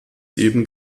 eben